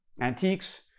antiques